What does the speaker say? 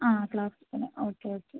ആ ക്ലാസിക്കിന് okay okay